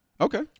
Okay